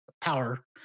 power